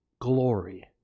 glory